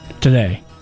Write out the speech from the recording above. today